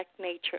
nature